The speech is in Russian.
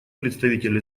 представитель